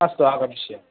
अस्तु आगमिष्यामि